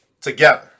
together